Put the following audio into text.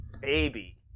baby